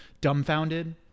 Dumbfounded